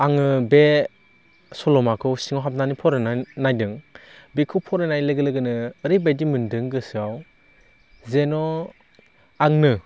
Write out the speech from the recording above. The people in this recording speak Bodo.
आङो बे सल'माखौ सिङाव हाबनानै फरायनानै नायदों बेखौ फरायनाय लोगो लोगोनो ओरै बायदि मोन्दों गोसोआव जेन' आंनो